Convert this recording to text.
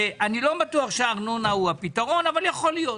אני לא בטוח שהארנונה היא הפתרון, אבל יכול להיות.